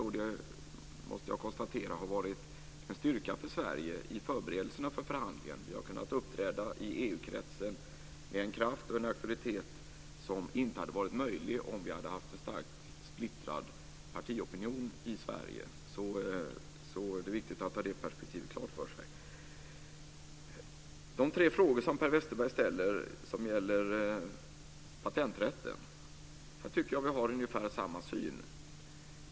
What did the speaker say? Jag konstaterar att det har varit en styrka för Sverige i förberedelserna för förhandlingar att vi i EU-kretsen har kunnat uppträda med en kraft och en auktoritet som inte hade varit möjligt om vi hade haft en starkt splittrad partiopinion i Sverige. Det är viktigt att ha detta perspektiv klart för sig. Vad gäller de frågor som Per Westerberg ställer om patenträtten tycker jag att vi har ungefär samma syn.